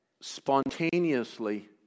spontaneously